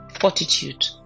fortitude